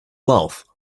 mouth